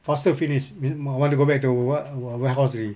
faster finish I want to go back to what ware~ warehouse already